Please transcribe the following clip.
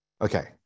okay